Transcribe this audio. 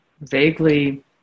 vaguely